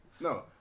No